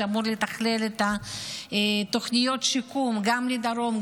שאמור לתכלל את תוכניות השיקום גם לדרום,